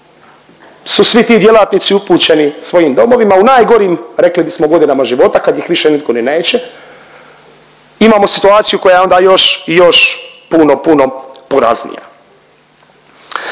su svi ti djelatnici upućeni svojim domovima u najgorim rekli bismo godinama života kad ih više nitko ni neće. Imamo situaciju koja je onda još i još puno puno poraznija.